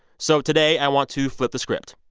so today i want to flip the script.